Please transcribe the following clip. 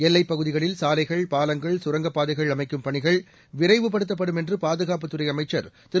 எல்லைப்பகுதிகளில் சாலைகள் பாலங்கள் சுரங்கப்பாதைகள் அமைக்கும் பணிகள் விரைவுபடுத்தப்படும் என்று பாதுகாப்புத்துறை அமைச்சர் திரு